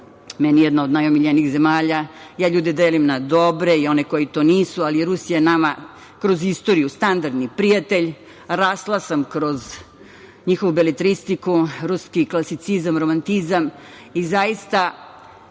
meni jedna od najomiljenijih zemalja, ja ljude delim na dobre i one koji to nisu, ali Rusija je nama kroz istoriju standardni prijatelj, rasla sam kroz njihovu beletristiku, ruski klasicizam, romantizam i zaista